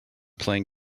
playing